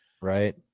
Right